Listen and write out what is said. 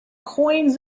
coins